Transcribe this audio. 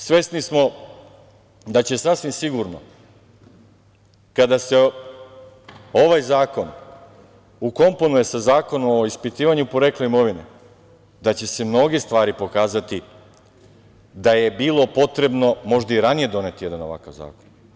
Svesni smo da će sasvim sigurno, kada se ovaj zakon ukomponuje sa Zakonom o ispitivanju porekla imovine, mnoge stvari pokazati da je bilo potrebno možda i ranije doneti jedan ovakav zakon.